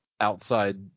outside